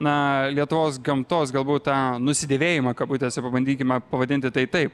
na lietuvos gamtos galbūt tą nusidėvėjimą kabutėse pabandykime pavadinti tai taip